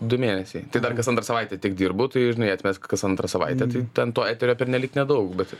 du mėnesiai tai dar kas antrą savaitę tik dirbu tai žinai atmesk kas antrą savaitę tai ten to eterio pernelyg nedaug bet